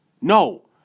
No